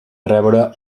rebre